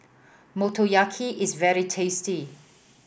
motoyaki is very tasty